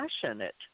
passionate